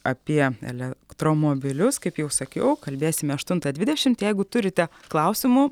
apie elektromobilius kaip jau sakiau kalbėsime aštuontą dvidešimt jeigu turite klausimų